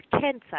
cancer